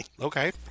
Okay